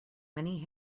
many